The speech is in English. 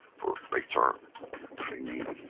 writer training